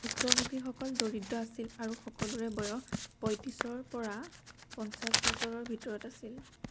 ভুক্তভোগীসকল দৰিদ্ৰ আছিল আৰু সকলোৰে বয়স পঁয়ত্ৰিছপৰা পঞ্চাশ বছৰৰ ভিতৰত আছিল